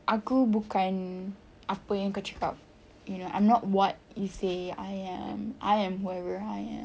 aku bukan apa yang kau cakap you know I'm not what you say I I am whoever I am